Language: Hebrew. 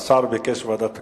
השר ביקש ועדת הכלכלה.